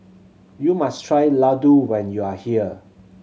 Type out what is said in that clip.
you must try Ladoo when you are here